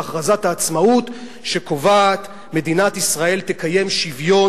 בהכרזת העצמאות שקובעת: מדינת ישראל תקיים שוויון